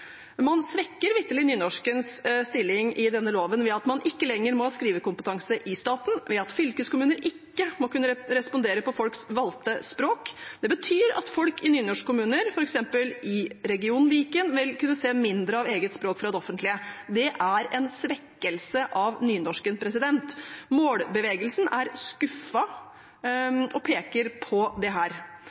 Man svekker vitterlig nynorskens stilling i denne loven ved at man ikke lenger må ha skrivekompetanse i staten, og ved at fylkeskommuner ikke må kunne respondere på folks valgte språk. Det betyr at folk i nynorskkommuner, f.eks. i regionen Viken, vil kunne se mindre av eget språk fra det offentlige. Det er en svekkelse av nynorsken. Målbevegelsen er skuffet og peker på dette. Er det